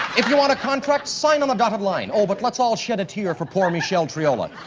if you want a contract, sign on the dotted line. oh, but let's all shed a tear for poor michele triola.